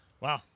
wow